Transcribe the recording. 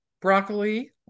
Broccoli